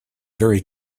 very